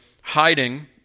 hiding